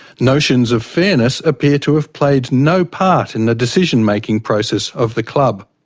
notions of fairness appear to have played no part in the decision-making process of the club.